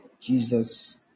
Jesus